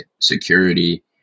security